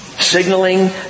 signaling